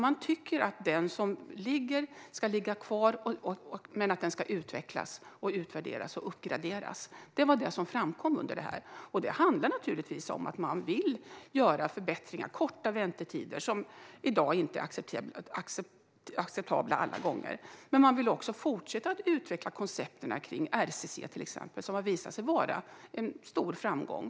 Man tycker att den föreliggande strategin ska finnas kvar, men att den ska utvecklas, utvärderas och uppgraderas. Det var vad som framkom under rådslaget. Det handlar naturligtvis om man vill se förbättringar med korta väntetider, väntetider som i dag inte är acceptabla alla gånger. Man vill också fortsätta att utveckla till exempel konceptet kring RCC, som har visat sig vara en stor framgång.